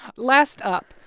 last up,